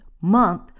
month